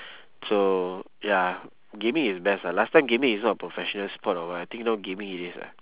so ya gaming is best lah last time gaming is not a professional sport or what I think now gaming it is ah